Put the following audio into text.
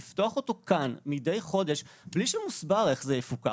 לפתוח אותו כאן מדי חודש בלי שמוסבר איך זה יפוקח